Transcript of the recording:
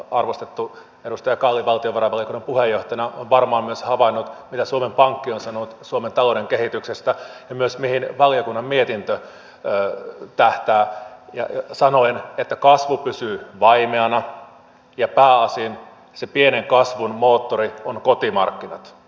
arvostettu edustaja kalli valtionvarainvaliokunnan puheenjohtajana on varmaan myös havainnut mitä suomen pankki on sanonut suomen talouden kehityksestä ja myös mihin valiokunnan mietintö tähtää sanoen että kasvu pysyy vaimeana ja pääosin se pienen kasvun moottori on kotimarkkinat